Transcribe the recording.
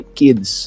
kids